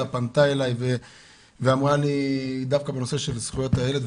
פנתה אלי ואמרה לי דווקא בנושא של זכויות הילד,